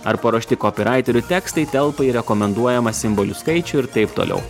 ar paruošti kopiraiterių tekstai telpa į rekomenduojamą simbolių skaičių ir taip toliau